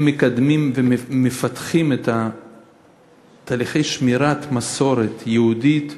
מקדמים ומפתחים את תהליכי שמירת המסורת היהודית